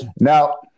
now